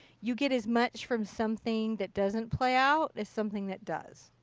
you get as much from something that doesn't play out as something that does.